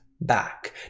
back